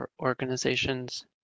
organizations